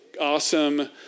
awesome